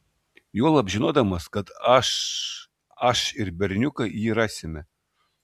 juolab žinodamas kad aš aš ir berniukai jį rasime